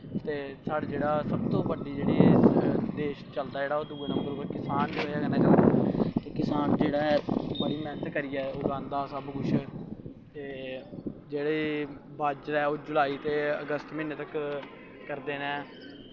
ते साढ़ी सब तो बड्डी जेह्ड़ी देश चलदा ओह् दुए नंबर पर किसान दी बज़ाह् कन्नैं चलदा किसान जेह्ड़ा ऐ ओह् बड़ी मैह्ॅनत करियै उगांदा ऐ सब कुश ते ते जेह्ड़ा बाज्जरा ऐ ओह् जुलाई ते अगस्त महीनैं तक्कर करदे नै